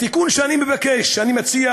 התיקון שאני מבקש, שאני מציע